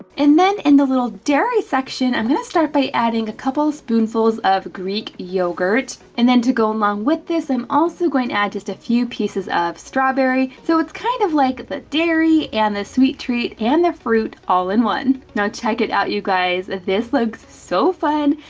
and then in the little dairy section, i'm gonna start by adding a couple of spoonfuls of greek yogurt, and then to go along with this, i'm also going to add just a few pieces of strawberry. so it's kind of like the dairy, and the sweet treat, and a fruit all in one. now, check it out you guys, this looks so fun.